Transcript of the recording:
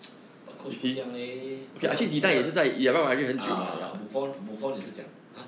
but coach 不一样好想好想 ah buffon buffon 也是讲 !huh!